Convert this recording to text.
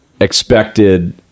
expected